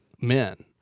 men